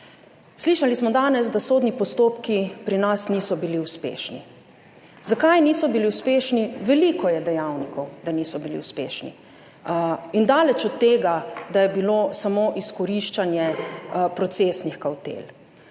Slišali smo danes, da sodni postopki pri nas niso bili uspešni. Zakaj niso bili uspešni? Veliko je dejavnikov, da niso bili uspešni. In daleč od tega, da je bilo samo izkoriščanje procesnih kavtel.